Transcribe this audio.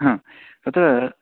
हा तत्